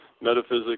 metaphysics